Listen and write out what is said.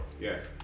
Yes